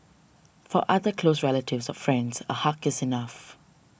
for other close relatives or friends a hug is enough